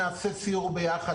נעשה סיור ביחד,